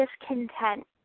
discontent